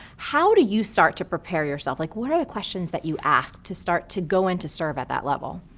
how do you start to prepare yourself? like, what are the questions that you ask to start to go in to serve at that level?